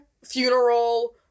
funeral